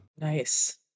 Nice